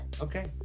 Okay